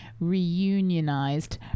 reunionized